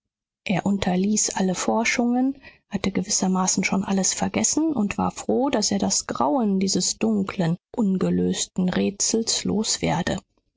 er unterließ alle forschungen hatte gewissermaßen schon alles vergessen und war froh daß er das grauen dieses dunkeln ungelösten rätsels